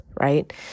right